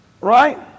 Right